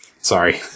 Sorry